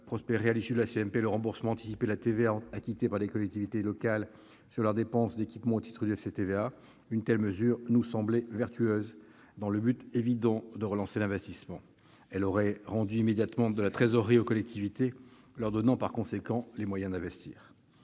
prospéré à l'issue de la CMP le remboursement anticipé de la TVA acquittée par les collectivités locales sur leurs dépenses d'équipement au titre du FCTVA. Une telle mesure nous semblait vertueuse dans le but évident de relancer l'investissement. Elle aurait immédiatement rendu de la trésorerie aux collectivités et leur aurait donné les moyens d'investir.